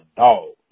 dog